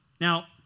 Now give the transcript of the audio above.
Now